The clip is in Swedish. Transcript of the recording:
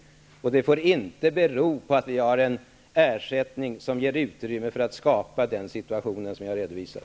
Orsaken till konkurserna får inte vara att vi har en ersättning som ger utrymme för en situation av det slag som jag har redovisat.